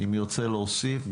אם ירצה להוסיף,